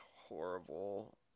horrible